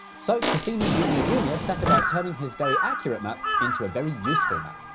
so cassini junior junior set about turning his very accurate map into a very useful map.